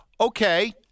Okay